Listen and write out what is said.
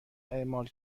اعمال